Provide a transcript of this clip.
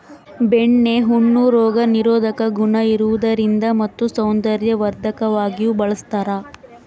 ಬೆಣ್ಣೆ ಹಣ್ಣು ರೋಗ ನಿರೋಧಕ ಗುಣ ಇರುವುದರಿಂದ ಮತ್ತು ಸೌಂದರ್ಯವರ್ಧಕವಾಗಿಯೂ ಬಳಸ್ತಾರ